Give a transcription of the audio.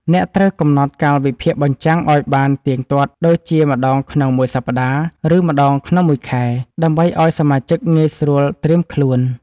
អ្នកត្រូវកំណត់កាលវិភាគបញ្ចាំងឱ្យបានទៀងទាត់ ដូចជាម្តងក្នុងមួយសប្តាហ៍ ឬម្តងក្នុងមួយខែ ដើម្បីឱ្យសមាជិកងាយស្រួលត្រៀមខ្លួន។